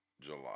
July